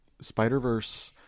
Spider-Verse